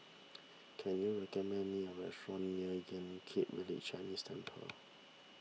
can you recommend me a restaurant near Yan Kit Village Chinese Temple